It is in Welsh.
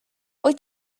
wyt